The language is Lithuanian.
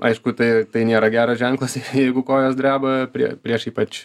aišku tai tai nėra geras ženklas jeigu kojos dreba prie prieš ypač